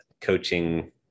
coaching